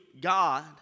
God